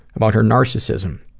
about her narcissism.